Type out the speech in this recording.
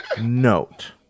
note